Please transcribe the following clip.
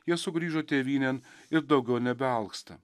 jie sugrįžo tėvynėn ir daugiau nebealksta